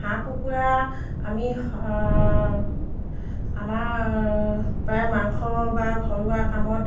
হাঁহ কুকুৰা আমি আমাৰ প্ৰায় মাংস বা ঘৰুৱা কামত